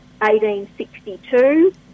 1862